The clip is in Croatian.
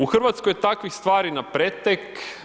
U Hrvatskoj je takvih stvari na pretek.